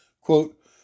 Quote